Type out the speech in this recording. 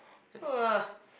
!wah!